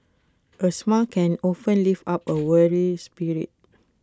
A smile can often lift up A weary spirit